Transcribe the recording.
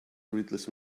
rootless